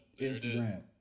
Instagram